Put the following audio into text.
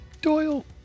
Doyle